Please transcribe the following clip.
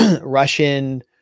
Russian